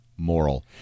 Moral